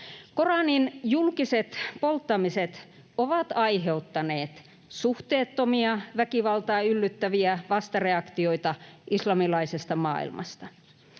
Koraanin julkiset polttamiset ovat aiheuttaneet suhteettomia väkivaltaan yllyttäviä vastareaktioita islamilaisesta maailmasta.